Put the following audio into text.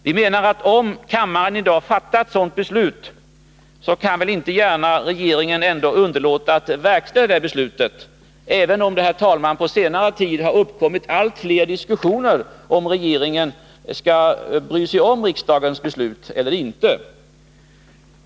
Vi menar, herr talman, att om kammaren i dag fattar ett sådant beslut, så kan regeringen inte gärna underlåta att verkställa detta, även om det på senare tid har ifrågasatts om regeringen skall bry sig om riksdagens beslut eller inte.